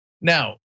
Now